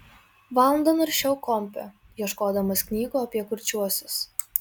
valandą naršiau kompe ieškodamas knygų apie kurčiuosius